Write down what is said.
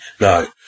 no